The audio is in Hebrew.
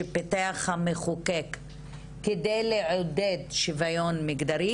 שפיתח המחוקק כדי לעודד שוויון מגדרי